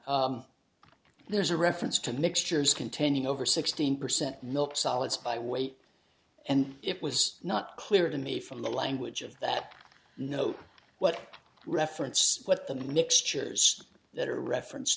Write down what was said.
there's a reference to mixtures containing over sixteen percent milk solids by weight and it was not clear to me from the language of that know what reference what the mixtures that are reference